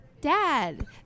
Dad